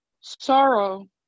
sorrow